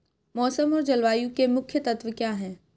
मौसम और जलवायु के मुख्य तत्व क्या हैं?